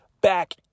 back